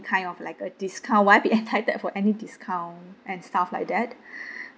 kind of like a discount will I be entitled for any discount and stuff like that